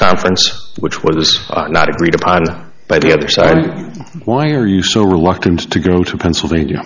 conference which was not agreed upon by the other side why are you so reluctant to go to pennsylvania